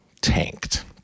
tanked